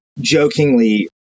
jokingly